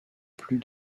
plus